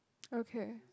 okay